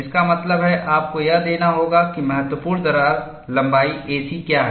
इसका मतलब है आपको यह देना होगा कि महत्वपूर्ण दरार लंबाई a c क्या है